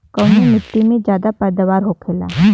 कवने मिट्टी में ज्यादा पैदावार होखेला?